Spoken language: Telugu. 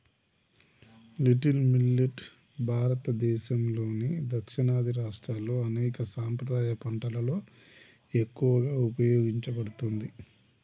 లిటిల్ మిల్లెట్ భారతదేసంలోని దక్షిణాది రాష్ట్రాల్లో అనేక సాంప్రదాయ పంటలలో ఎక్కువగా ఉపయోగించబడుతుంది